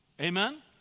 Amen